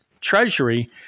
Treasury